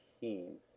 teams